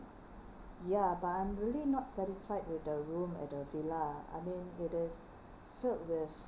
ya but I'm really not satisfied with the room and the villa I mean it is filled with